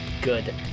good